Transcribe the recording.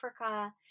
Africa